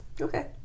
Okay